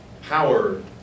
power